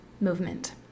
movement